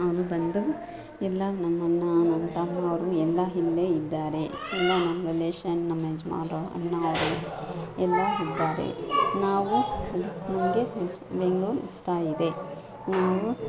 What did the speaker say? ಹಾಂ ಬಂದು ಎಲ್ಲ ನಮ್ಮ ಅಣ್ಣ ನಮ್ಮ ತಮ್ಮವ್ರು ಎಲ್ಲ ಇಲ್ಲೇ ಇದ್ದಾರೆ ಎಲ್ಲ ನಮ್ಮ ರಿಲೇಶನ್ ನಮ್ಮ ಯಜಮಾನರು ಅಣ್ಣ ಅವರು ಎಲ್ಲ ಇದ್ದಾರೆ ನಾವು ಅದೇ ನಮಗೆ ಬೆಂಗ್ಳೂರು ಇಷ್ಟ ಇದೆ ನಾವು